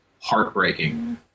heartbreaking